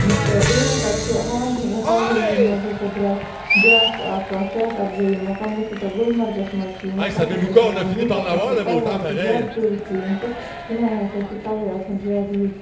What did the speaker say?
تہٕ بیٚیہِ ہَسا چھ حال حال حٲلی مَنٛز ہَسا درٛاے بیاکھ اکھ صحت اَفضٲیی مَقام یۄس ہَسا گُلمَرگَس مَنٛز چھِ یِوان تَتھ ہَسا چھِ وَنان بوٗٹا پَتھری تَوے حظ چھِ زیادٕ ٹیٚورِسٹ یِم چھِ تِمے ہَسا چھِ تَوے آسان زیادٕ ییٚتھۍ